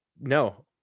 no